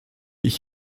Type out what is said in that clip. ich